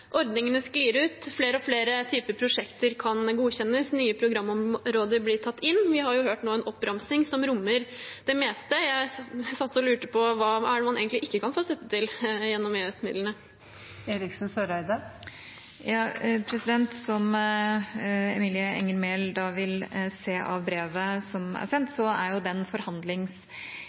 ordningene sklir ut, flere og flere typer prosjekter kan godkjennes, nye programområder blir tatt inn? Vi har nå hørt en oppramsing som rommer det meste. Jeg satt og lurte på hva det er man egentlig ikke kan få støtte til gjennom EØS-midlene. Som Emilie Enger Mehl vil se av brevet som er sendt, vil det vi nå går inn i av forhandlinger for en ny periode, basere seg på at det er